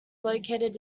located